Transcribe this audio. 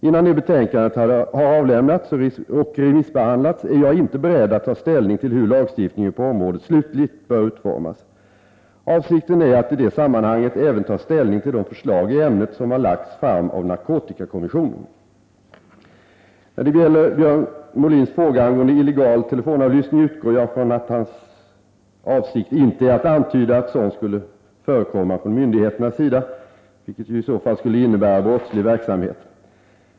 Innan det betänkandet har avlämnats och remissbehandlats är jag inte beredd att ta ställning till hur lagstiftningen på området slutligt bör utformas. Avsikten är att i det sammanhanget även ta ställning till de förslag i ämnet som har lagts fram av narkotikakommissionen . När det gäller Björn Molins fråga angående illegal telefonavlyssning utgår jag från att hans avsikt inte är att antyda att sådan skulle förekomma från myndigheternas sida, vilket ju i så fall skulle innebära brottslig verksamhet.